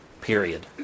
period